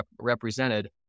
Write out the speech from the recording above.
represented